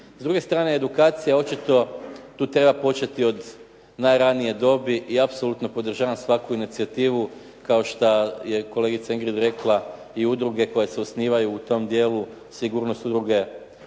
S druge strane edukacija očito tu treba početi od najranije dobi i apsolutno podržavam svaku inicijativu kao što je kolegica Ingrid rekla, i udruge koje se osnivaju u tom dijelu. Sigurnost u